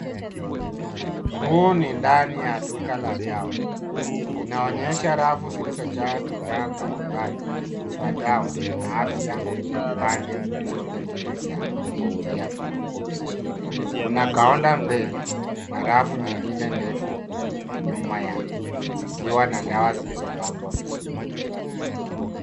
Huu ni ndani ya duka la dawa. Inaonyesha rafu zilizojaa bidhaa mbalimbali za dawa na afya pande zote mbili za njia kuu. Kuna kaunta mbele na rafu nyingine ndefu nyuma yake zikiwa na dawa zilizopangwa vizuri.